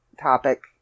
topic